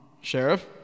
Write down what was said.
Sheriff